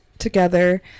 together